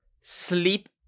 sleep